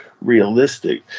realistic